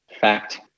fact